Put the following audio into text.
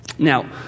Now